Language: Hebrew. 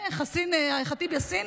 ח'טיב יאסין,